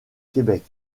québec